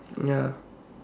ya